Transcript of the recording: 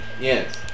Yes